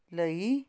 ਲਈ